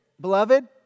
beloved